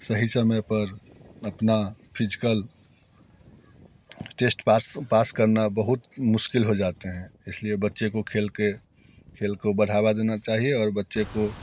सही समय पर अपना फिजकल टेस्ट पास पास करना बहुत मुश्किल हो जाता है इस लिए बच्चे को खेल के खेल को बढ़ावा देना चाहिए और बच्चे को